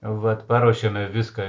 vat paruošėme viską